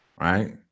right